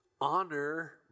Honor